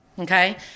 okay